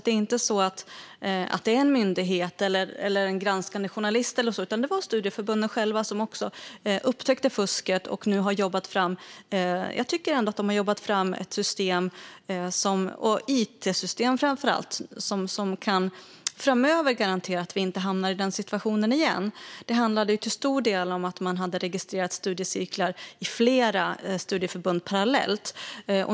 Det var inte så att det var en myndighet eller en granskande journalist, utan det var studieförbunden själva som upptäckte fusket. Jag tycker att de har jobbat fram ett system - framför allt ett it-system - som kan garantera att vi inte hamnar i denna situation igen framöver. Det handlade till stor del om att studiecirklar hade registrerats i flera studieförbund parallellt.